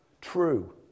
true